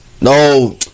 no